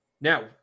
now